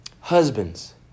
husbands